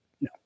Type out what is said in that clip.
No